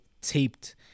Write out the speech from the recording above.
Taped